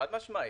חד משמעית.